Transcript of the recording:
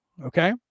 Okay